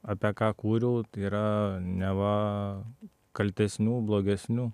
apie ką kūriau tai yra neva kaltesnių blogesnių